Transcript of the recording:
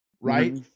right